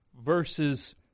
verses